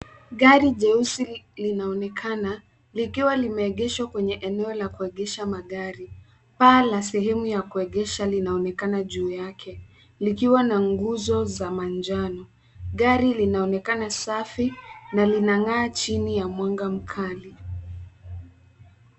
Gari jeusi linaonekana likiwa limeegeshwa kwenye eneo la kuegesha magari. Paa la sehemu ya kuegesha linaonekana juu yake likiwa na nguzo za manjano. Gari linaonekana safi na linang'aa chini ya mwanga mkali.